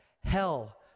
hell